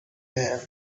man